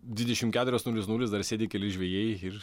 dvidešimt keturios nulis nulis dar sėdi keli žvejai ir